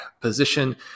position